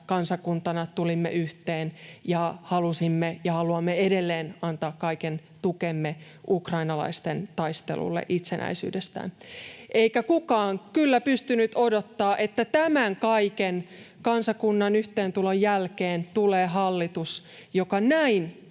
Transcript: kansakuntana tulimme yhteen ja halusimme — ja haluamme edelleen — antaa kaiken tukemme ukrainalaisten taistelulle itsenäisyydestään. Eikä kukaan kyllä pystynyt odottamaan, että tämän kaiken kansakunnan yhteentulon jälkeen tulee hallitus, joka näin